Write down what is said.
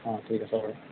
অ ঠিক আছে বাৰু